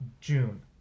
June